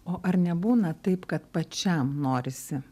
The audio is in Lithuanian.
o ar nebūna taip kad pačiam norisi